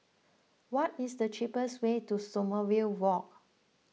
what is the cheapest way to Sommerville Walk